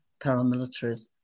paramilitaries